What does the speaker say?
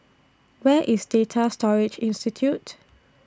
Where IS Data Storage Institute